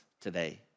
today